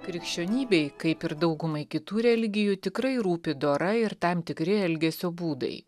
krikščionybei kaip ir daugumai kitų religijų tikrai rūpi dora ir tam tikri elgesio būdai